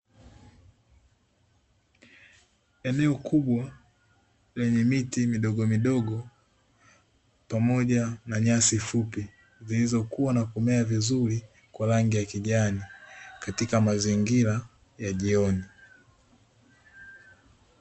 Eneo kubwa lenye miti midogo midogo pamoja na nyasi fupi, zilizo kua na kumea vizuri kwa rangi ya kijani katika mazingira ya jioni.